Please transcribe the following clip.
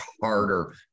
harder